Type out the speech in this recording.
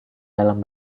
dalam